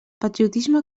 patriotisme